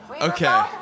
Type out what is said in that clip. Okay